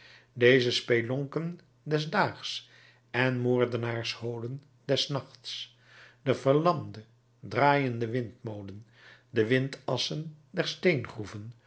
deze spelonken des daags en moordenaarsholen des nachts de verlamde draaiende windmolen de windassen der